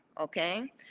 okay